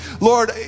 Lord